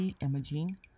imaging